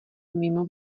mimo